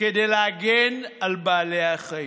כדי להגן על בעלי החיים.